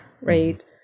right